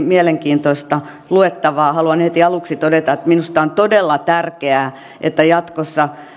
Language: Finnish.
mielenkiintoista luettavaa haluan heti aluksi todeta että minusta on todella tärkeää että jatkossa